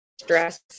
stress